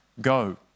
Go